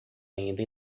ainda